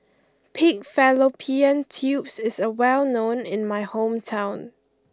Pig Fallopian Tubes is well known in my hometown